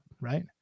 Right